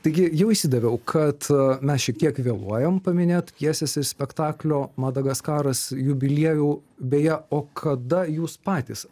taigi jau išsidaviau kad mes šiek tiek vėluojam paminėt pjesės ir spektaklio madagaskaras jubiliejų beje o kada jūs patys